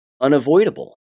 unavoidable